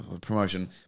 promotion